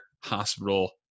hospital